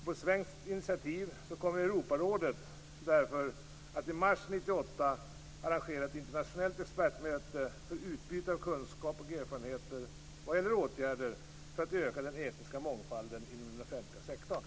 På svenskt initiativ kommer Europarådet därför att i mars 1998 arrangera ett internationellt expertmöte för utbyte av kunskap och erfarenheter vad gäller åtgärder för att öka den etniska mångfalden inom den offentliga sektorn.